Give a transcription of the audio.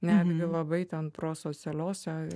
netgi labai ten pro socialiuose ir